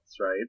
right